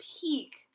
peak